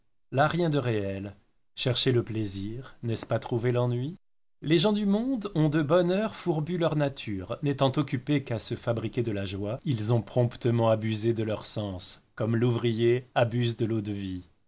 la rien de réel chercher le plaisir n'est-ce pas trouver l'ennui les gens du monde ont de bonne heure fourbu leur nature n'étant occupés qu'à se fabriquer de la joie ils ont promptement abusé de leurs sens comme l'ouvrier abuse de